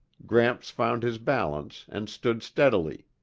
gramps found his balance and stood steadily.